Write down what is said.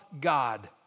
God